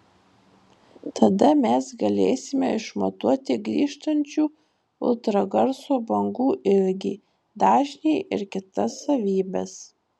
tada mes galėsime išmatuoti grįžtančių ultragarso bangų ilgį dažnį ir kitas savybes